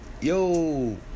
yo